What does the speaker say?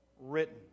written